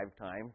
time